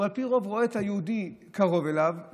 הוא על פי רוב רואה את היהודי קרוב אליו,